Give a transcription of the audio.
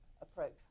approach